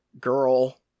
girl